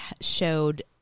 showed